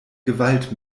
gewalt